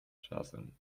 czasem